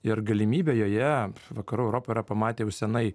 ir galimybę joje vakarų europa yra pamatę jau senai